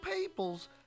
peoples